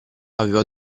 aveva